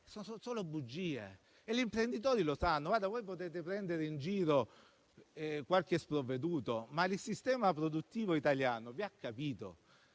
sono solo bugie e gli imprenditori lo sanno. Voi potete prendere in giro qualche sprovveduto, ma il sistema produttivo italiano vi ha capito.